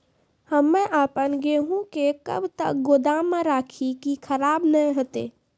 हम्मे आपन गेहूँ के कब तक गोदाम मे राखी कि खराब न हते?